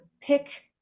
pick